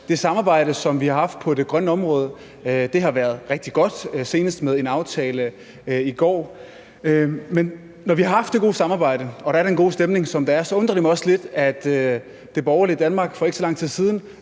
det samarbejde, som vi har haft på det grønne område. Det har været rigtig godt, senest med en aftale i går. Men når vi har haft det gode samarbejde, og der er den gode stemning, som der er, så undrer det mig også lidt, at det borgerlige Danmark for ikke så lang tid siden